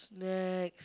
snack